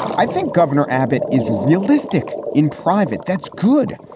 i think governor abbott is realistic. in private, that's good.